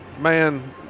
man